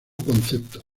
concepto